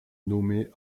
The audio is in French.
nommé